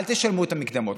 אל תשלמו את המקדמות,